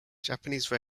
japanese